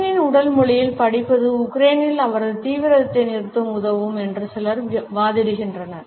புடினின் உடல் மொழியில் படிப்பது உக்ரேனில் அவரது தீவிரத்தை நிறுத்த உதவும் என்று சிலர் வாதிடுகின்றனர்